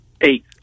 Eight